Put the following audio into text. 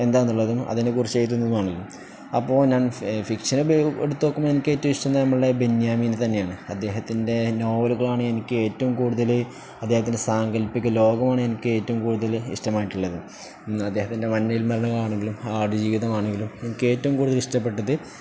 എന്താണെന്നുള്ളതും അതിനെക്കുറിച്ചെഴുതുന്നതുമാണല്ലോ അപ്പോള് ഞാൻ ഫിക്ഷന് എടുത്തുനോക്കുമ്പോള് എനിക്കേറ്റവും ഇഷ്ടം നമ്മുടെ ബെന്യാമിനെ തന്നെയാണ് അദ്ദേഹത്തിൻ്റെ നോവലുകളാണ് എനിക്കേറ്റവും കൂടുതല് അദ്ദേഹത്തിൻ്റെ സാങ്കല്പിക ലോകമാണ് എനിക്കേറ്റവും കൂടുതല് ഇഷ്ടമായിട്ടുള്ളത് അദ്ദേഹത്തിൻ്റെ മഞ്ഞവെയില് മരണങ്ങളാണെങ്കിലും ആടുജീവിതമാണെങ്കിലും എനിക്കേറ്റവും കൂടുതൽ ഇഷ്ടപ്പെട്ടത്